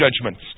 judgments